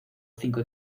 cinco